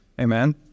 amen